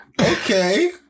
Okay